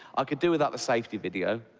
i could do without the safety video.